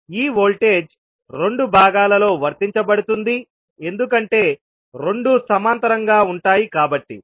ఈ వోల్టేజ్ రెండు భాగాలలో వర్తించబడుతుంది ఎందుకంటే రెండూ సమాంతరంగా ఉంటాయి కాబట్టి